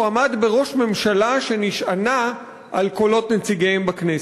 עמד בראש ממשלה שנשענה על קולות נציגיהם בכנסת,